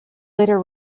later